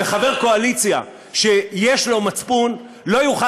וחבר קואליציה שיש לו מצפון לא יוכל,